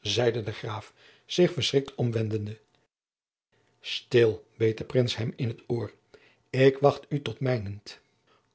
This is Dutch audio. zeide de graaf zich verschrikt omwendende stil beet de prins hem in t oor ik wacht u tot mijnent